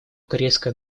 корейская